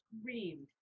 screamed